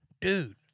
Dude